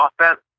offense